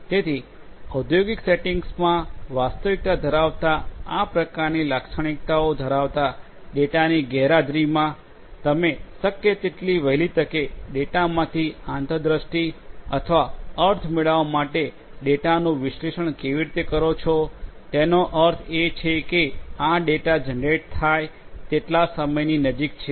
તેથી ઔદ્યોગિક સેટિંગ્સમાં વાસ્તવિકતા ધરાવતા આ પ્રકારની લાક્ષણિકતાઓ ધરાવતા ડેટાની ગેરહાજરીમાં તમે શક્ય તેટલી વહેલી તકે ડેટામાંથી અંતરદૃષ્ટિ અથવા અર્થ મેળવવા માટે ડેટાનું વિશ્લેષણ કેવી રીતે કરો છો તેનો અર્થ એ છે કે આ ડેટા જનરેટ થાય તેટલા સમયની નજીક છે